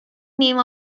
name